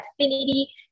affinity